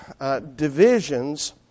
divisions